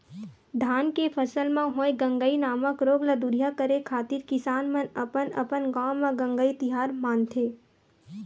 धान के फसल म होय गंगई नामक रोग ल दूरिहा करे खातिर किसान मन अपन अपन गांव म गंगई तिहार मानथे